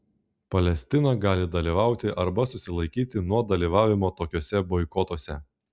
palestina gali dalyvauti arba susilaikyti nuo dalyvavimo tokiuose boikotuose